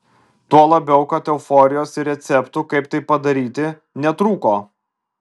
tuo labiau kad euforijos ir receptų kaip tai padaryti netrūko